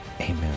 Amen